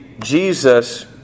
Jesus